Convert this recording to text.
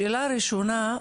שאלה ראשונה,